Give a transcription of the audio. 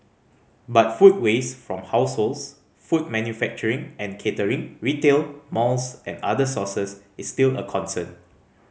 but food waste from households food manufacturing and catering retail malls and other sources is still a concern